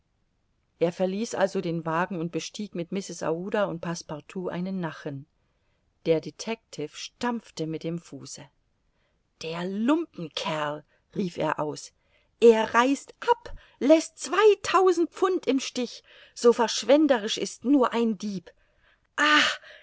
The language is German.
er verließ also den wagen und bestieg mit mrs aouda und passepartout einen nachen der detectiv stampfte mit dem fuße der lumpenkerl rief er aus er reist ab läßt zweitausend pfund im stich so verschwenderisch ist nur ein dieb ah